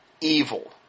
evil